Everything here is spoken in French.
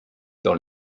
dans